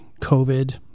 covid